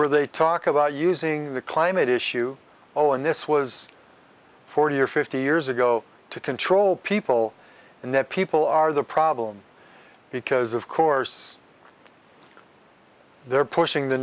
where they talk about using the climate issue oh and this was forty or fifty years ago to control people and their people are the problem because of course they're pushing the